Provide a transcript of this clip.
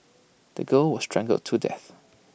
the girl was strangled to death